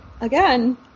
again